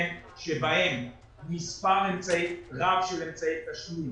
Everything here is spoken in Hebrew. בה מספר רב של אמצעי תשלום